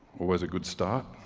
always a good start.